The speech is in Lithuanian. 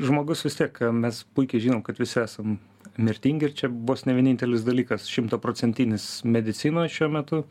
žmogus vis tiek mes puikiai žinom kad visi esam mirtingi ir čia vos ne vienintelis dalykas šimtaprocentinis medicinoj šiuo metu